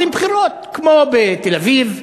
רוצים בחירות כמו בתל-אביב,